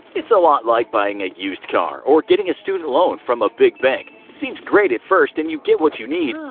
it's a lot like buying a used car, or getting a student loan from a big bank seems great at first and you get what you need,